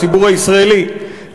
הציבור הישראלי,